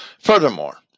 Furthermore